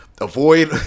avoid